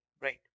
right